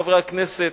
חברי חברי הכנסת,